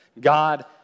God